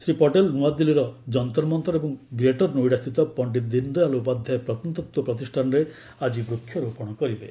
ଶ୍ରୀ ପଟେଲ୍ ନୂଆଦିଲ୍ଲୀର ଯନ୍ତରମନ୍ତର ଏବଂ ଗ୍ରେଟର ନୋଇଡାସ୍ଥିତ ପଣ୍ଡିତ ଦୀନଦୟାଲ ଉପାଧ୍ୟାୟ ପ୍ରତ୍ନତତ୍ତ୍ୱ ପ୍ରତିଷାନରେ ଆଜି ବୃକ୍ଷରୋପଣ କରିବେ